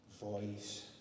voice